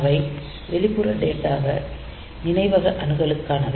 அவை வெளிப்புற டேட்டாவ நினைவக அணுகலுக்கானவை